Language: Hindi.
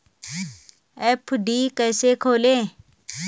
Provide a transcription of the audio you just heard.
एफ.डी कैसे खोलें?